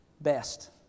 best